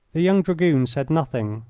the young dragoon said nothing,